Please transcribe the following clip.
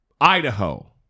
Idaho